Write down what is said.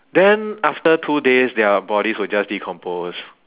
then after two days their bodies will just decompose